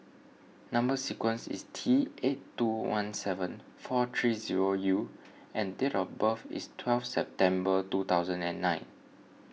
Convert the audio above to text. Number Sequence is T eight two one seven four three zero U and date of birth is twelve September two thousand and nine